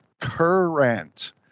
current